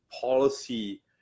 policy